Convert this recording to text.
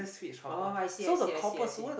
oh I see I see I see I see